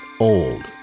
old